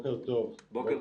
בוקר טוב.